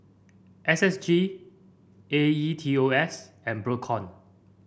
S S G A E T O S and Procom